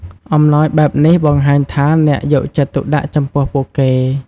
អំណោយបែបនេះបង្ហាញថាអ្នកយកចិត្តទុកដាក់ចំពោះពួកគេ។